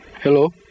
Hello